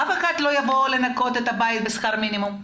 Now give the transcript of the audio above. אף אחד לא יבוא לנקות את הבית בשכר מינימום.